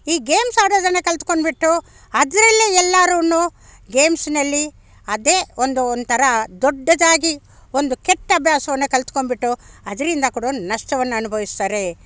ಈ ಗೇಮ್ಸ್ ಆಡೋದನ್ನು ಕಲೆತ್ಕೊಂಡ್ಬಿಟ್ಟು ಅದರಲ್ಲೇ ಎಲ್ಲರೂ ಗೇಮ್ಸ್ನಲ್ಲಿ ಅದೇ ಒಂದು ಒಂಥರ ದೊಡ್ಡದಾಗಿ ಒಂದು ಕೆಟ್ಟ ಅಭ್ಯಾಸವನ್ನು ಕಲೆತ್ಕೊಂಡ್ಬಿಟ್ಟು ಅದರಿಂದ ಕೂಡ ನಷ್ಟವನ್ನು ಅನುಭವಿಸ್ತಾರೆ